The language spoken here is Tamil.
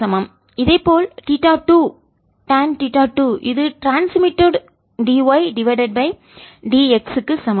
இதேபோல் தீட்டா 2 டான்தீட்டா 2 இது transmitted d y divided by d x க்கு சமம்